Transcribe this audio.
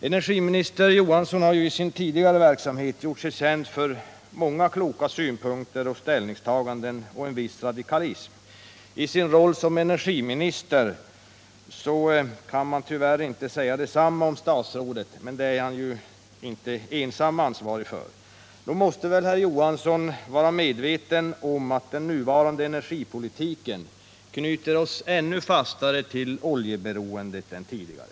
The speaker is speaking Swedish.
Energiminister Johansson har ju i sin tidigare verksamhet gjort sig känd för många kloka synpunkter och ställningstaganden och även för en viss radikalism. I rollen som energiminister kan man tyvärr inte säga detsamma om statsrådet, men här är han ju inte ensam ansvarig. Nog måste väl herr Johansson vara medveten om att den nuvarande energipolitiken knyts ännu fastare till oljeberoendet än tidigare.